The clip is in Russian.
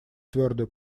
твердую